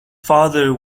father